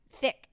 thick